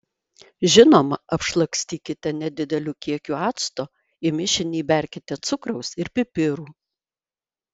žinoma apšlakstykite nedideliu kiekiu acto į mišinį įberkite cukraus ir pipirų